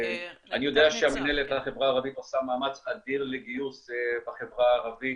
אני יודע שמִנהלת החברה הערבית עושה מאמץ אדיר לגיוס בחברה הערבית,